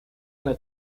una